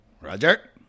Roger